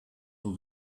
nur